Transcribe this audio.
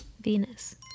Venus